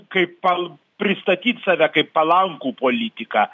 kaip pal pristatyt save kaip palankų politiką